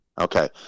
Okay